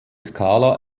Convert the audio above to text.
skala